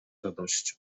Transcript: radością